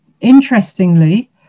Interestingly